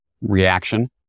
reaction